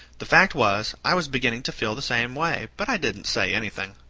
the fact was, i was beginning to feel the same way but i didn't say anything.